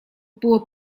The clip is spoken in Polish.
było